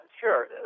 sure